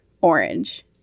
orange